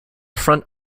front